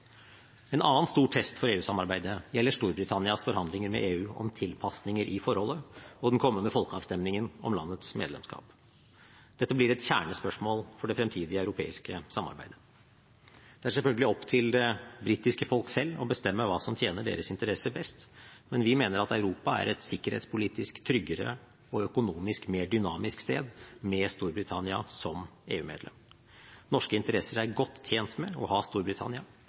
En annen stor test for EU-samarbeidet gjelder Storbritannias forhandlinger med EU om tilpasninger i forholdet og den kommende folkeavstemningen om landets medlemskap. Dette blir et kjernespørsmål for det fremtidige europeiske samarbeidet. Det er selvfølgelig opp til det britiske folk selv å bestemme hva som tjener deres interesser best, men vi mener at Europa er et sikkerhetspolitisk tryggere og økonomisk mer dynamisk sted med Storbritannia som EU-medlem. Norske interesser er godt tjent med å ha Storbritannia